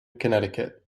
connecticut